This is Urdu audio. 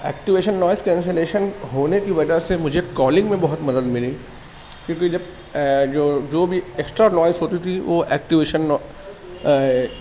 ایکٹویشن نوائز نوائز کینسلیشن ہونے کی وجہ سے مجھے کالنگ میں بہت مدد ملی کیونکہ جب جو جو بھی ایکسٹرا نوائز ہوتی تھی وہ ایکٹویشن